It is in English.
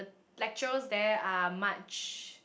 lecturers there are much